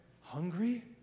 hungry